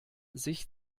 sich